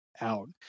out